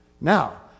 Now